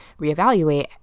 reevaluate